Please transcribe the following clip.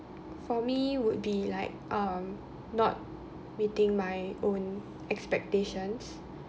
for me would be like um not meeting my own expectations